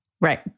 right